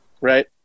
Right